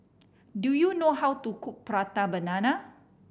do you know how to cook Prata Banana